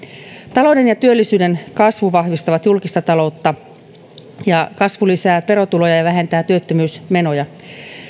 talouden ja työllisyyden kasvu vahvistavat julkista taloutta ja kasvu lisää verotuloja ja vähentää työttömyysmenoja